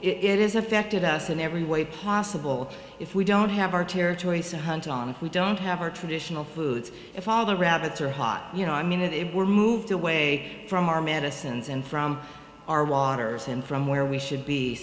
is affected us in every way possible if we don't have our territories to hunt on if we don't have our traditional foods if all the rabbits are hot you know i mean if it were moved away from our medicines and from our waters and from where we should be